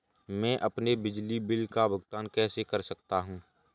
मैं अपने बिजली बिल का भुगतान कैसे कर सकता हूँ?